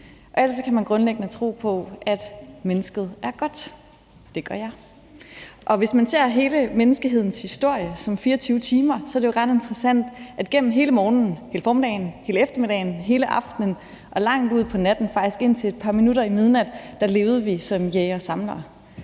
ellers kan man grundlæggende tro på, at mennesket er godt, og det gør jeg. Hvis man ser på hele menneskehedens historie som 24 timer, så er det jo ret interessant, at gennem hele morgenen, hele formiddagen, hele eftermiddagen, hele aftenen og til langt ud på natten, ja, faktisk indtil et par minutter i midnat, levede vi som jægere-samlere,